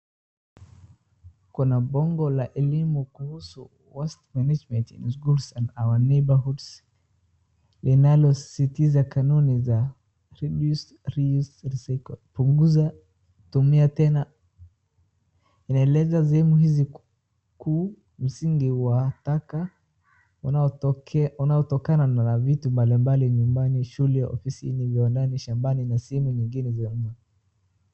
Kuna bongo la elimu kuhusu waste management in schools and our neighborhoods linalosisitiza kanuni za reduce, reuse, recycle , punguza, tumia tena. Inaeleza sehemu hizi kwa msingi wa taka wanaotokana na vitu mbalimbali nyumbani, shule, ofisini, viwandani, shambani na sehemu nyingine za umma.